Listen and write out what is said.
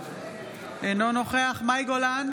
אינו נוכח מאי גולן,